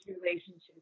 relationship